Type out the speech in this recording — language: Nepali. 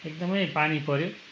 एकदमै पानी पर्यो